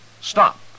stop